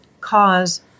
cause